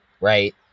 right